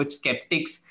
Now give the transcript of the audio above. skeptics